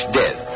dead